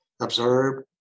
observe